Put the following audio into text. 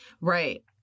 Right